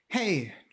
Hey